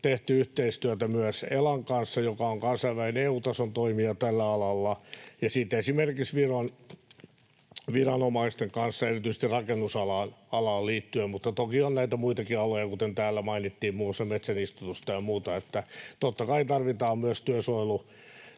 tehty yhteistyötä myös ELAn kanssa, joka on kansainvälinen EU-tason toimija tällä alalla, ja sitten esimerkiksi Viron viranomaisten kanssa erityisesti rakennusalaan liittyen, mutta toki on näitä muitakin aloja, kuten täällä mainittiin, muun muassa metsänistutusta ja muuta. Totta kai tarvitaan myös työsuojelutarkastusta